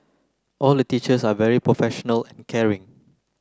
all the teachers are very professional and caring